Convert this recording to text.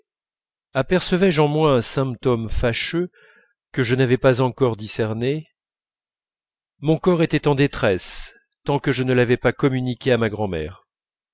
apercevais je en moi un symptôme fâcheux que je n'avais pas encore discerné mon corps était en détresse tant que je ne l'avais pas communiqué à ma grand'mère